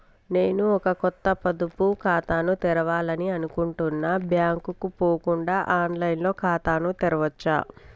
నేను ఒక కొత్త పొదుపు ఖాతాను తెరవాలని అనుకుంటున్నా బ్యాంక్ కు పోకుండా ఆన్ లైన్ లో ఖాతాను తెరవవచ్చా?